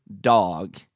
dog